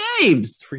games